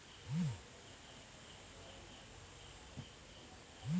Mobile ನಿಂದ UPI scan ಮಾಡಿ ಬೇರೆಯವರಿಗೆ ಹಣ ಟ್ರಾನ್ಸ್ಫರ್ ಮಾಡಬಹುದ?